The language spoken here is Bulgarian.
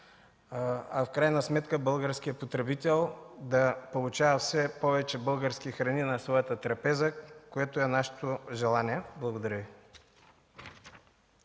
а в крайна сметка българският потребител да получава все повече български храни на своята трапеза, което е и нашето желание. Благодаря Ви.